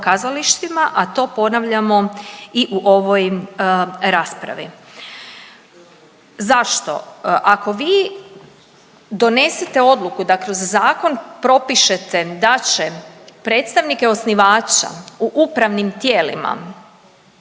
a to ponavljamo i u ovoj raspravi. Zašto? Ako vi donesete odluku da kroz zakon propišete da će predstavnike osnivača u upravnim tijelima